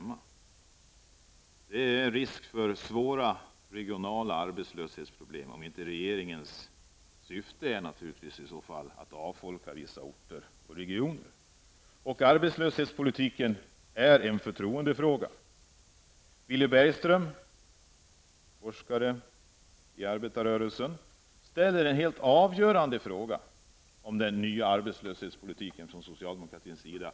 Risken finns att det blir svåra regionala arbetslöshetsproblem -- om nu inte regeringens syfte är att avfolka vissa orter och regioner. Arbetslöshetspolitiken är en förtroendefråga. Villy Bergström, forskare inom arbetarrörelsen, ställer en helt avgörande fråga beträffande den nya arbetslöshetspolitiken från socialdemokraternas sida.